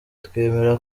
twemera